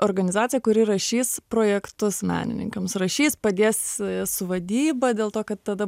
organizaciją kuri rašys projektus menininkams rašys padės su vadyba dėl to kad tada